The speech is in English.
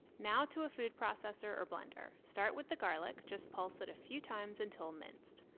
now to a food processor or blender start with the garlic just pulse it a few times until minced.